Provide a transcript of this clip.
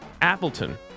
appleton